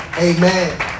Amen